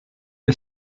est